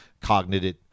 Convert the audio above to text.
cognitive